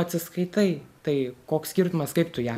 atsiskaitai tai koks skirtumas kaip tu ją